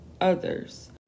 others